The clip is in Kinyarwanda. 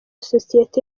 sosiyeti